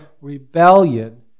rebellion